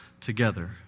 together